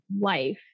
life